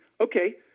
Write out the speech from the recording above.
Okay